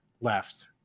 left